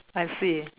I see